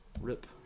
Rip